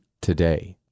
today